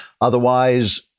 Otherwise